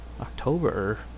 October